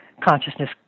consciousness